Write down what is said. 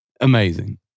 Amazing